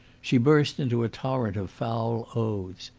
she burst into a torrent of foul oaths.